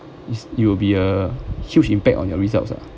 is it will be a huge impact on your results ah